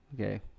okay